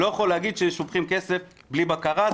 לא יכול להגיד ששופכים כסף בלי בקרה.